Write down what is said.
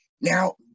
Now